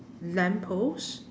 lamppost